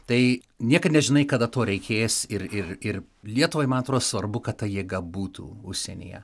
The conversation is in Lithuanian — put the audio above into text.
tai niekad nežinai kada to reikės ir ir ir lietuvai man atrodo svarbu kad ta jėga būtų užsienyje